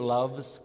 Loves